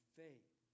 faith